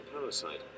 parasite